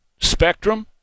Spectrum